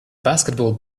basketball